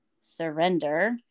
surrender